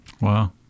Wow